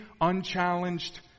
unchallenged